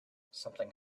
something